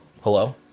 Hello